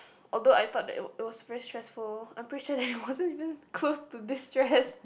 although I thought that it it was very stressful I'm pretty sure that it wasn't even close to this stress